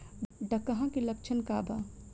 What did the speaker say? डकहा के लक्षण का वा?